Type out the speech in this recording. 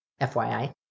FYI